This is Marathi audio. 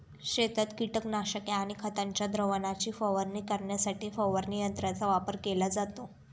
शेतात कीटकनाशके आणि खतांच्या द्रावणाची फवारणी करण्यासाठी फवारणी यंत्रांचा वापर केला जातो